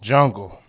Jungle